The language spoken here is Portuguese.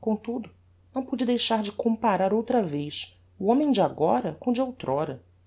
comtudo não pude deixar de comparar outra vez o homem de agora com o de outr'ora